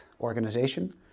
organization